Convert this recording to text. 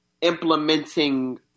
implementing